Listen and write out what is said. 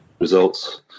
results